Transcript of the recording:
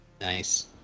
Nice